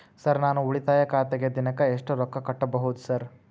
Sir ನಾನು ಉಳಿತಾಯ ಖಾತೆಗೆ ದಿನಕ್ಕ ಎಷ್ಟು ರೊಕ್ಕಾ ಕಟ್ಟುಬಹುದು ಸರ್?